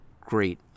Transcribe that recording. great